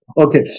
Okay